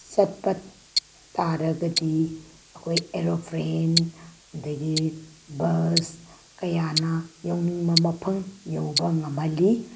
ꯆꯠꯄ ꯇꯥꯔꯒꯗꯤ ꯑꯩꯈꯣꯏ ꯑꯦꯔꯣꯄ꯭ꯔꯦꯟ ꯑꯗꯒꯤ ꯕꯁ ꯀꯌꯥꯅ ꯌꯧꯅꯤꯡꯕ ꯃꯐꯝ ꯌꯧꯕ ꯉꯝꯍꯜꯂꯤ